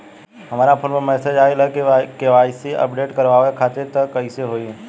हमरा फोन पर मैसेज आइलह के.वाइ.सी अपडेट करवावे खातिर त कइसे होई?